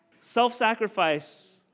self-sacrifice